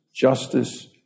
justice